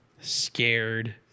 scared